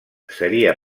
seria